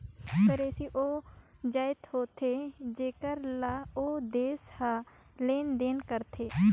currency ओ जाएत होथे जेकर ले ओ देस हर लेन देन करथे